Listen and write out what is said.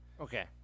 Okay